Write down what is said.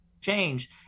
change